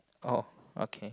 oh okay